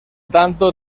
tanto